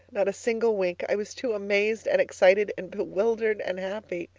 not a single wink. i was too amazed and excited and bewildered and happy.